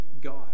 God